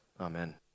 Amen